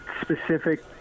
specific